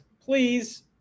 Please